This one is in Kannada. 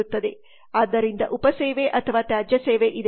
ಆದ್ದರಿಂದ ಉಪ ಸೇವೆ ಅಥವಾ ತ್ಯಾಜ್ಯ ಸೇವೆ ಇದೆ